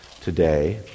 today